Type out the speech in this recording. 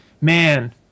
man